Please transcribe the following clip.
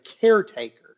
caretaker